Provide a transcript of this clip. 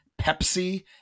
Pepsi